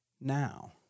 now